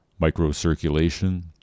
microcirculation